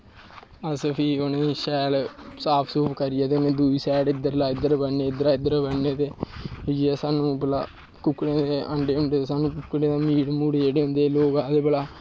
अस सैल उ'नें गी साफ सूफ करियै ते शैल उद्धर इद्धर उद्धर करनें ते इ'यै सानू भला कुक्कड़ें दे अंडे उंडे मुड़े जेह्ड़े होंदे लोग आखदे भला